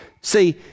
See